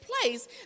place